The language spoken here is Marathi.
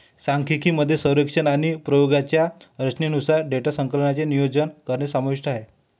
सांख्यिकी मध्ये सर्वेक्षण आणि प्रयोगांच्या रचनेनुसार डेटा संकलनाचे नियोजन करणे समाविष्ट आहे